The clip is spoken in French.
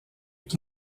qui